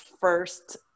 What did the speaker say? first